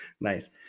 nice